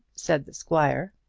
said the squire.